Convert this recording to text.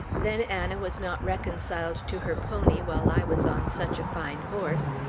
then anna was not reconciled to her pony while i was on such a fine horse,